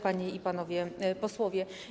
Panie i Panowie Posłowie!